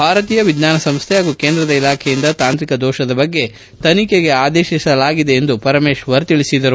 ಭಾರತೀಯ ವಿಜ್ವಾನ ಸಂಸ್ಥೆ ಹಾಗೂ ಕೇಂದ್ರದ ಇಲಾಖೆಯಿಂದ ತಾಂತ್ರಿಕ ದೋಷದ ಬಗ್ಗೆ ತನಿಖೆಗೆ ಆದೇಶಿಸಲಾಗಿದೆ ಎಂದು ಪರಮೇಶ್ವರ್ ತಿಳಿಸಿದರು